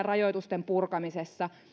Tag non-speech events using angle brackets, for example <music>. <unintelligible> rajoitusten purkamisessa askeleittain